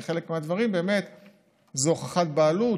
כי חלק מהדברים זה הוכחת בעלות: